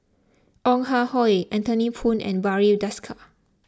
Ong Ah Hoi Anthony Poon and Barry Desker